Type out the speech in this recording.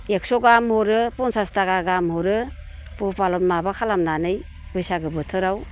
एकस' गाहाम हरो पनसास थाखा गाहाम हरो फुहु फालन माबा खालामनानै बैसागो बोथोराव